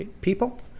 People